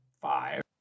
Five